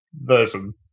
version